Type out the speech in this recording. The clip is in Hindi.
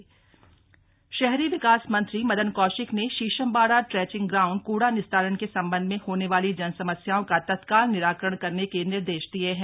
ट्टुंचिंग ग्राउंड शहरी विकास मंत्री मदन कौशिक ने शीशमबाड़ा ट्रेंचिंग ग्राउण्ड कूड़ा निस्तारण के सम्बन्ध में होने वाली जन समस्याओं का तत्काल निराकरण करने के निर्देश दिए है